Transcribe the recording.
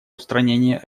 устранения